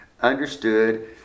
understood